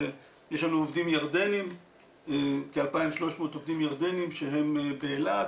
יש לנו כ-2,300 עובדים ירדנים שהם באילת.